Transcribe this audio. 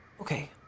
Okay